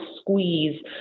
squeeze